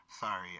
Sorry